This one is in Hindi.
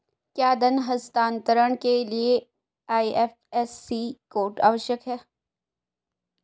क्या धन हस्तांतरण के लिए आई.एफ.एस.सी कोड आवश्यक है?